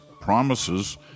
promises